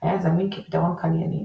היה זמין כפתרון קנייני,